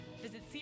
Visit